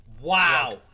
Wow